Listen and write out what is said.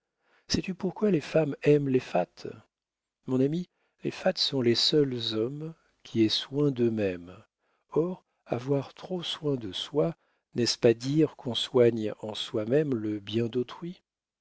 sais-tu pourquoi les femmes aiment les fats mon ami les fats sont les seuls hommes qui aient soin d'eux-mêmes or avoir trop soin de soi n'est-ce pas dire qu'on soigne en soi-même le bien d'autrui